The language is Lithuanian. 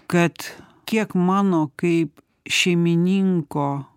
kad kiek mano kaip šeimininko